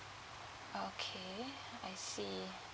oh okay I see